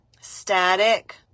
static